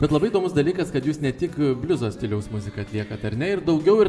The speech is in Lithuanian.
bet labai įdomus dalykas kad jūs ne tik bliuzo stiliaus muziką atliekat ar ne ir daugiau ir